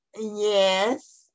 Yes